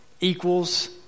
equals